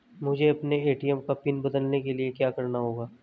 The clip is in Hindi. मुझे अपने ए.टी.एम का पिन बदलने के लिए क्या करना होगा?